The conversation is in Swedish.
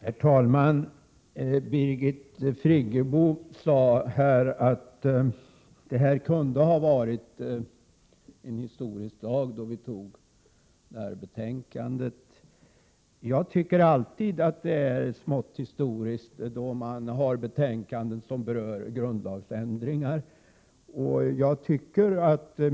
Herr talman! Birgit Friggebo sade att det kunde ha varit en historisk dag i dag då vi fattar beslut om detta betänkande. Jag tycker alltid att det är smått historiskt att behandla betänkanden som rör grundlagsändringar.